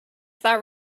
that